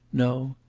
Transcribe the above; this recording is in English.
no,